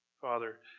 Father